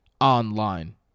online